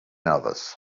others